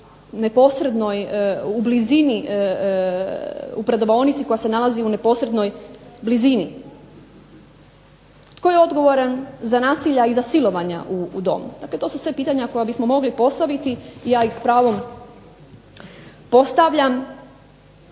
u neposrednoj blizini u prodavaonici koja se nalazi u neposrednoj blizini? Tko je odgovoran za nasilja i za silovanja u domu? Dakle, to su sve pitanja koja bismo mogli postaviti i ja ih s pravom postavljam,